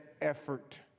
effort